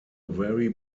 very